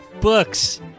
Books